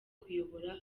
kuyobora